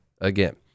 again